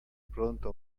pronta